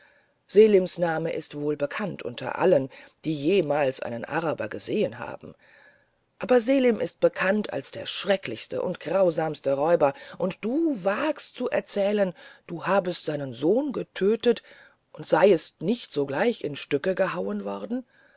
selims name ist wohlbekannt unter allen die jemals einen araber gesehen haben aber selim ist bekannt als der schrecklichste und grausamste räuber und du wagst zu erzählen du habest seinen sohn getötet und seiest nicht sogleich in stücke gehauen worden